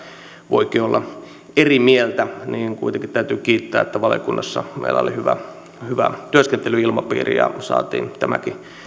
voikin olla eri mieltä niin kuitenkin täytyy kiittää että valiokunnassa meillä oli hyvä hyvä työskentelyilmapiiri ja saatiin tämäkin